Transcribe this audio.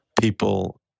people